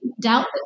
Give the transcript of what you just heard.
doubt